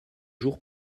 jours